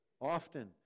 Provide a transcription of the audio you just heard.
often